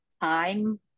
time